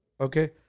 Okay